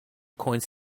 coins